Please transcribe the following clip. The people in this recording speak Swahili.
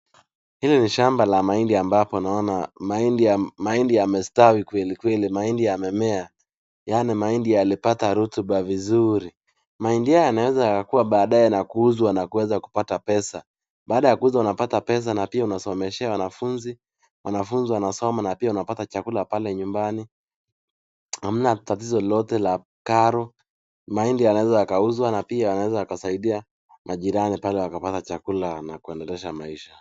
Hili ni shamba la mahindi ambapo naona mahindi yamestawi kwelikweli mahindi yamemea yaani mahindi yalipata rotuba vizuri. Mahindi haya yanaweza yakakuwa baadaye na kuuzwa na kuweza kupata pesa. Baada ya kuuza unapata pesa na pia unasomeshea wanafunzi. Wanafunzi wanasoma na pia unapata chakula pale nyumbani. Hamna tatizo lolote la karo. Mahindi yanaweza yakauzwa na pia yanaweza yakasaidia majirani pale wakapata chakula na kuendelesha maisha.